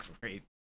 Great